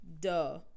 duh